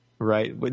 Right